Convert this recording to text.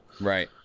Right